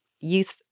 youth